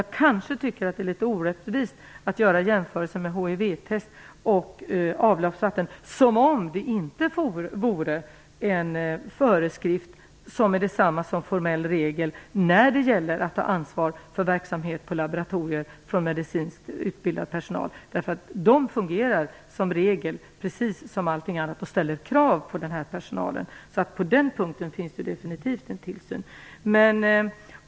Jag tycker kanske att det är litet orättvist att jämföra hivtest och avloppsvatten som om det inte funnits en föreskrift, dvs. en formell regel, när det gäller för medicinskt utbildad personal att ta ansvar för verksamhet på laboratorier. Dessa fungerar som regel precis som allting annat. Det ställs krav på den här personalen, så på den punkten finns det definitivt en tillsyn.